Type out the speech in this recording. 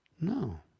No